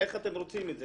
איך אתם רוצים את זה?